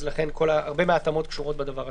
ולכן הרבה מההתאמות קשורות בדבר הזה.